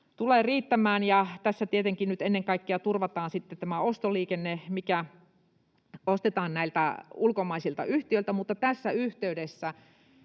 tulee riittämään. Tässä tietenkin nyt ennen kaikkea turvataan ostoliikenne, mikä ostetaan ulkomaisilta yhtiöiltä, mutta tässä yhteydessä